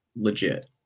legit